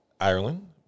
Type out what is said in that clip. Ireland